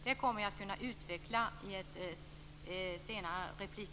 Det kommer jag att kunna utveckla i en senare replik.